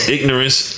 Ignorance